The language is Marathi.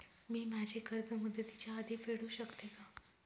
मी माझे कर्ज मुदतीच्या आधी फेडू शकते का?